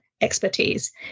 expertise